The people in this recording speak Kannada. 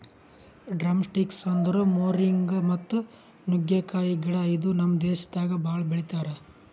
ಡ್ರಮ್ಸ್ಟಿಕ್ಸ್ ಅಂದುರ್ ಮೋರಿಂಗಾ ಮತ್ತ ನುಗ್ಗೆಕಾಯಿ ಗಿಡ ಇದು ನಮ್ ದೇಶದಾಗ್ ಭಾಳ ಬೆಳಿತಾರ್